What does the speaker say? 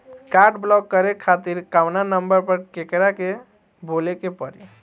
Card block करे खातिर कवना नंबर पर केकरा के बोले के परी?